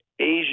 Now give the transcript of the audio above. Asia